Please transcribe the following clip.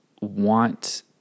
want